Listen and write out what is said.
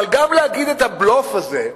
אבל גם להגיד את הבלוף הזה,